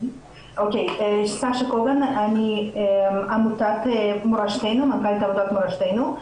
סשה קוגן, אני מנכ"לית עמותת מורשתינו.